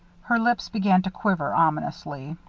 her lips began to quiver, ominously.